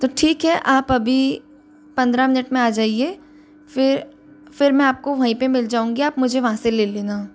तो ठीक है आप अभी पंद्रह मिनट में आ जाईये फिर फिर मैं आपको वहीं पर मिल जाऊँगी आप मुझे वहाँ से ले लेना